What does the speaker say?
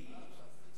ניסיתי,